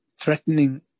threatening